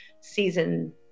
season